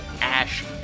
ash